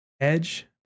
Edge